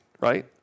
right